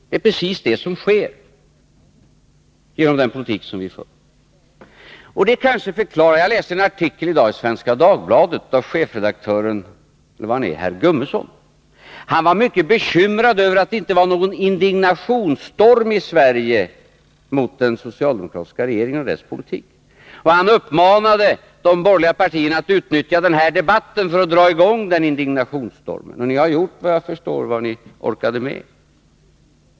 Det är precis det som sker genom den politik vi för. Jag läste i dag en artikel i Svenska Dagbladet av chefredaktören herr Gummesson. Han var mycket bekymrad över att det inte var någon indignationsstorm i Sverige mot den socialdemokratiska regeringen och dess politik. Han uppmanade de borgerliga partierna att utnyttja den här debatten för att dra i gång den indignationsstormen. Ni har, såvitt jag förstår, gjort vad ni orkat med.